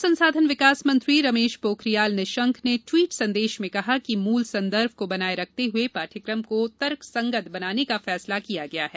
मानव संसाधन विकास मंत्री रमेश पोखरियाल निशंक ने ट्वीट संदेश में कहा कि मूल संदर्भ को बनाये रखते हुए पाठ्यक्रम को तर्क संगत बनाने का फैसला किया गया है